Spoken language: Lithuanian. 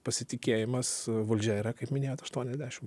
pasitikėjimas valdžia yra kaip minėjot aštuoniasdešim